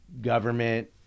government